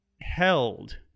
held